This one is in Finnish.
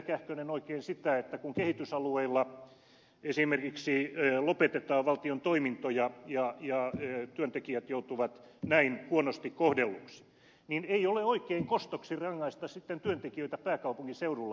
kähkönen oikein se että kun kehitysalueilla esimerkiksi lopetetaan valtion toimintoja ja työntekijät joutuvat näin huonosti kohdelluiksi kostoksi rangaistaan sitten työntekijöitä pääkaupunkiseudulla